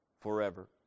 forever